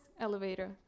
elevator